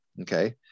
okay